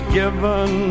given